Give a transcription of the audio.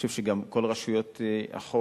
ואני חושב שגם כל רשויות החוק,